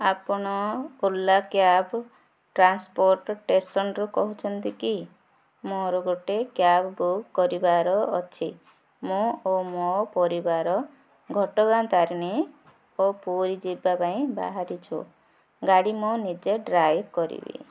ଆପଣ Ola cab transport ଷ୍ଟେସନରୁ କହୁଛନ୍ତି କି ମୋର ଗୋଟେ କ୍ୟାବ୍ ବୁକ୍ କରିବାର ଅଛି ମୁଁ ଓ ମୋ ପରିବାର ଘଟଗାଁ ତାରିଣୀ ଓ ପୁରୀ ଯିବା ପାଇଁ ବାହାରିଛୁ ଗାଡ଼ି ମୁଁ ନିଜେ ଡ୍ରାଇଭ୍ କରିବି